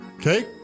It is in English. okay